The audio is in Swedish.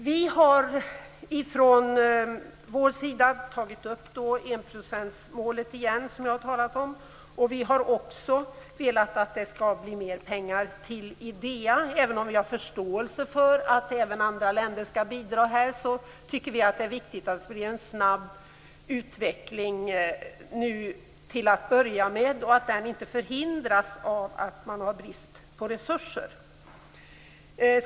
Vi har från vår sida åter tagit upp enprocentsmålet, som jag har talat om. Vi vill också att det skall bli mer pengar till Idea. Även om vi har förståelse för att även andra länder skall bidra här, tycker vi att det är viktigt att det blir en snabb utveckling till att börja med och att den inte förhindras av brist på resurser.